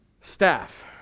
Staff